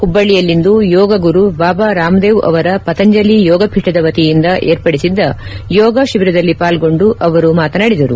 ಹುಬ್ಬಳ್ಳಿಯಲ್ಲಿಂದು ಯೋಗ ಗುರು ಬಾಬಾ ರಾಮ್ದೇವ್ ಅವರ ಪತಂಜಲಿ ಯೋಗಪೀಠದ ವತಿಯಿಂದ ಏರ್ಪಡಿಸಿದ್ದ ಯೋಗ ಶಿಬಿರದಲ್ಲಿ ಪಾಲ್ಗೊಂಡು ಅವರು ಮಾತನಾದಿದರು